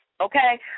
okay